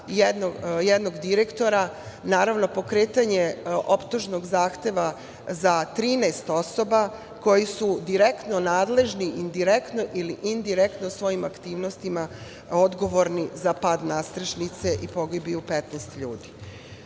jednog direktora, naravno pokretanje optužnog zahteva za 13 osoba koji su direktno nadležni, direktno ili indirektno svojim aktivnostima odgovorni za pad nastrešnice i pogibije 15 ljudi. Nakon